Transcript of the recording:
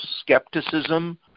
skepticism